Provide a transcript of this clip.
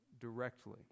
directly